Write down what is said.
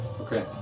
Okay